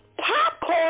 popcorn